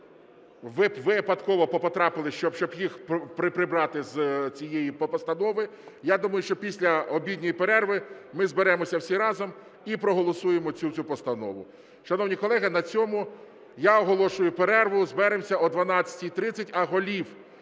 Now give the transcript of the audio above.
які випадково потрапили, щоб їх прибрати з цієї постанови. Я думаю, що після обідньої перерви ми зберемося всі разом з проголосуємо цю всю Постанову. Шановні колеги, на цьому я оголошую перерву. Зберемося о 12:30. А голів